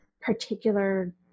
particular